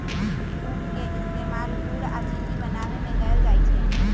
उख के इस्तेमाल गुड़ आ चिन्नी बनावे में कएल जाई छई